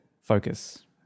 focus